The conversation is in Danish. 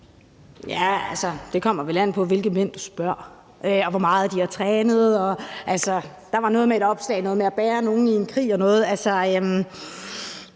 (M): Det kommer vel an på, hvilke mænd du spørger, og hvor meget de har trænet. Der var noget i et opslag med at bære nogen i en krig. Det ved jeg